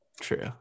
True